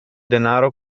denaro